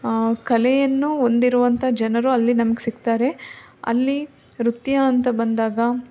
ಕಲೆಯನ್ನು ಹೊಂದಿರುವಂಥ ಜನರು ಅಲ್ಲಿ ನಮ್ಗೆ ಸಿಗ್ತಾರೆ ಅಲ್ಲಿ ನೃತ್ಯ ಅಂತ ಬಂದಾಗ